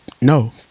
No